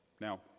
Now